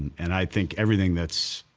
and i think everything that's.